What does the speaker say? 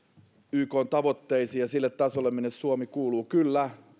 ykn tavoitteisiin ja sille tasolle minne suomi kuuluu kyllä